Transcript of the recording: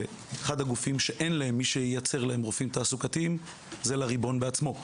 אחד הגופים שאין להם מי שייצר להם רופאים תעסוקתיים זה לריבון בעצמו.